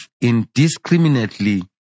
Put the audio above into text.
indiscriminately